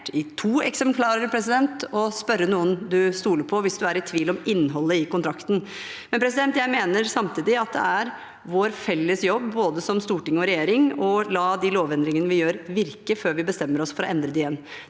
og spørre noen en stoler på, hvis en er i tvil om innholdet i kontrakten. Men jeg mener samtidig at det er vår felles jobb, både som storting og som regjering, å la de lovendringene vi gjør, virke før vi bestemmer oss for å endre det igjen.